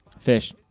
fish